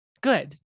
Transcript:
Good